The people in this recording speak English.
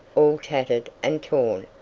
all tattered and torn,